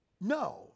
no